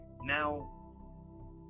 now